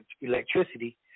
electricity